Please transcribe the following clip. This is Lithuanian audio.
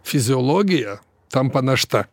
fiziologija tampa našta